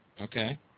Okay